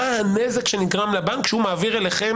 מה הנזק שנגרם לבנק שהוא מעביר אליכם